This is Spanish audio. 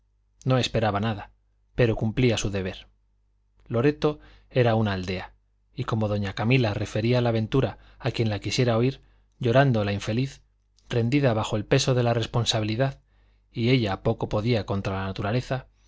no esperaba nada pero cumplía su deber loreto era una aldea y como doña camila refería la aventura a quien la quisiera oír llorando la infeliz rendida bajo el peso de la responsabilidad y